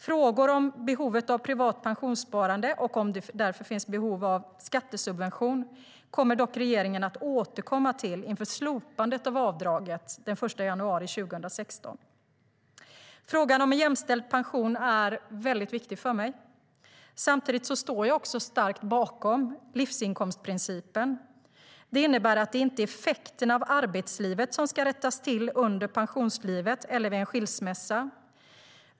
Frågor om behovet av privat pensionssparande och om det finns behov av skattesubvention kommer dock regeringen att återkomma till inför slopandet av avdraget den 1 januari 2016.Frågan om en jämställd pension är mycket viktig för mig. Samtidigt står jag starkt bakom livsinkomstprincipen. Det innebär att det inte är effekterna av arbetslivet som ska rättas till under pensionslivet eller vid en skilsmässa.